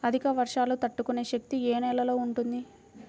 అధిక వర్షాలు తట్టుకునే శక్తి ఏ నేలలో ఉంటుంది?